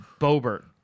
Bobert